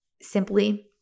simply